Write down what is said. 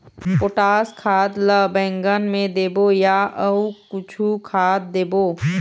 Potash खाद ला बैंगन मे देबो नई या अऊ कुछू खाद देबो?